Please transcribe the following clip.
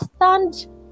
understand